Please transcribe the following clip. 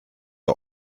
der